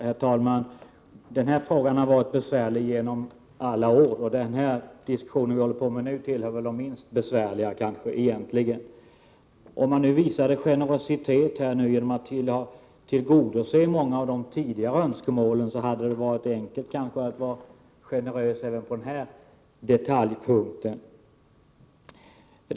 Herr talman! Den här frågan har varit besvärlig genom alla år, och den diskussion vi håller på med nu tillhör väl de minst besvärliga. Om man nu visat generositet genom att tillgodose många av de tidigare önskemålen, hade det varit enkelt att vara generös även i den detalj som jag har tagit upp.